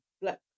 black